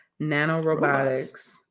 nanorobotics-